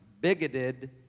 bigoted